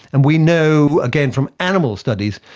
and we know, again from animal studies,